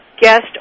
guest